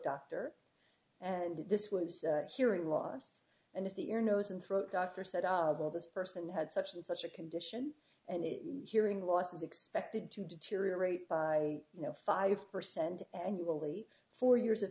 doctor and this was hearing loss and if that your nose and throat doctor said well this person had such and such a condition and hearing loss is expected to deteriorate by you know five percent annually four years of